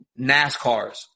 NASCARs